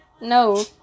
no